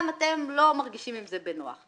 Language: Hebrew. גם אתם לא מרגישים עם זה בנוח.